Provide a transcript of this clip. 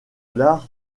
l’art